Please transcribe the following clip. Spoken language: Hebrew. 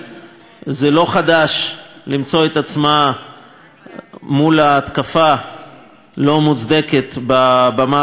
זה לא חדש למצוא את עצמה מול התקפה לא מוצדקת בבמה הבין-לאומית,